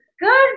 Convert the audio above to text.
Good